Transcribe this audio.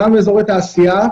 גם אזורי תעשייה,